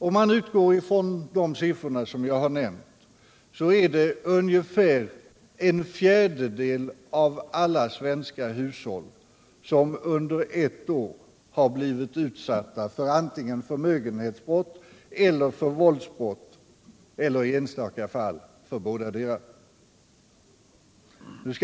Om man utgår från de siffror som jag har nämnt, finner man att ungefär en fjärdedel av alla svenska hushåll under ett år har utsatts för antingen förmögenhetsbrott eller våldsbrott eller i enstaka fall bådadera.